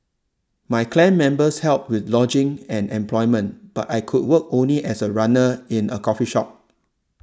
my clan members helped with lodging and employment but I could work only as a runner in a coffee shop